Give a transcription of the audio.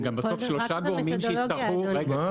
גם בסוף שלושה גורמים שיצטרכו לקבל